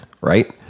Right